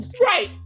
Right